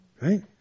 right